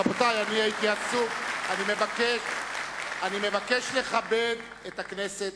רבותי, אני מבקש לכבד את הכנסת.